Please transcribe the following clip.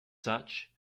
such